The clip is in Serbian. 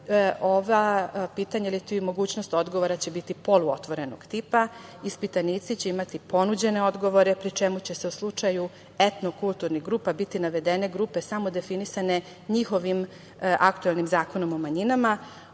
ova pitanja iliti mogućnost odgovora će biti poluotvorenog tipa. Ispitanici će imati ponuđene odgovore, pri čemu će u slučaju etno-kulturnih grupa biti navedene grupe samo definisane njihovim aktuelnim zakonom o manjinama,